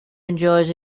enjoys